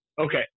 okay